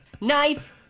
knife